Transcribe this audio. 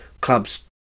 clubs